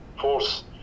force